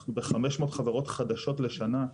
אנחנו ב-500 חברות חדשות לשנה.